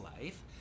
life